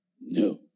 No